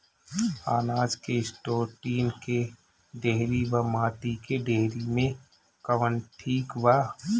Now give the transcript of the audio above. अनाज के store tin के डेहरी व माटी के डेहरी मे कवन ठीक बा?